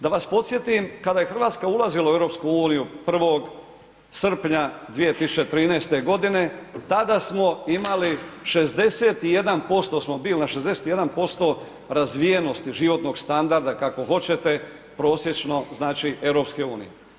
Da vas podsjetim, kada je RH ulazila u EU 1. srpnja 2013.g., tada smo imali 61% smo bili, na 61% razvijenosti životnog standarda, kako hoćete, prosječno znači EU.